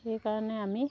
সেইকাৰণে আমি